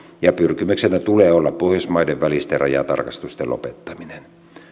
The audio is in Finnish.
ja pyrkimyksenä tulee olla pohjoismaiden välisten rajatarkastusten lopettaminen